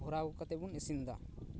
ᱵᱷᱚᱨᱟᱣ ᱠᱟᱛᱮ ᱵᱚᱱ ᱤᱥᱤᱱ ᱮᱫᱟ